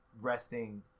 resting